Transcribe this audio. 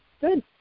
Good